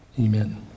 amen